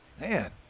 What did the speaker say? man